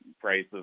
prices